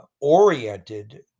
oriented